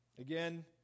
Again